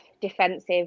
defensive